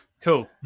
Cool